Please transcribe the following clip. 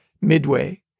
Midway